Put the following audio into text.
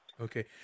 Okay